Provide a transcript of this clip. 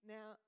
Now